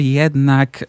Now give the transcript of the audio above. jednak